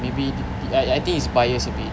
maybe I I think it's biased a bit